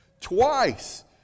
Twice